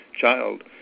child